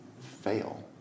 fail